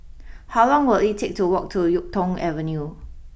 how long will it take to walk to Yuk Tong Avenue